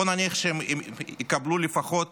בואו נניח שהם יקבלו לפחות